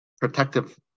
protective